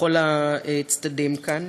לכל הצדדים כאן,